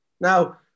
Now